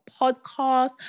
podcast